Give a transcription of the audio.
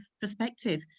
perspective